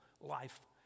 life